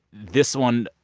this one,